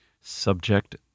subject